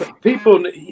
People